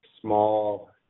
small